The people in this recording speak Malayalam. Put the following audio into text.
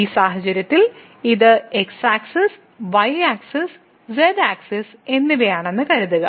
ഈ സാഹചര്യത്തിൽ ഇത് x axis y axis z axis എന്നിവയാണെന്ന് കരുതുക